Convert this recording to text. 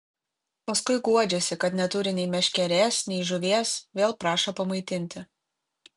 paskui guodžiasi kad neturi nei meškerės nei žuvies vėl prašo pamaitinti